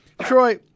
Troy